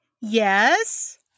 Yes